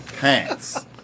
pants